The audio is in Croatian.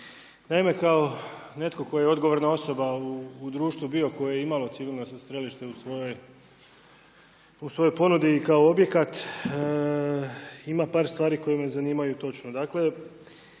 Naime, kao netko tko je odgovorna osoba u društvu bio koje je imao civilno strelište u svojoj ponudi i kao objekat ima par stvari koje me zanimaju točno.